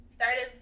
started